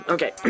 Okay